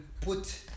put